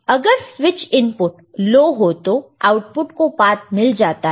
अगर switch input low हो तो आउटपुट को पात मिल जाता है